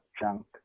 junk